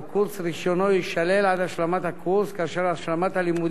והשלמת הלימודים תסתיים בתוך שנה מיום הזימון.